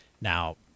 now